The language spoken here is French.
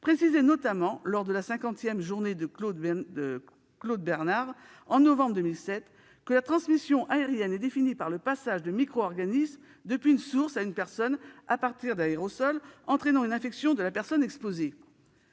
précisait notamment lors de la cinquantième journée Claude-Bernard en novembre 2007 que la transmission aérienne est définie par le passage de micro-organismes depuis une source à une personne à partir d'aérosols, entraînant une infection de la personne exposée.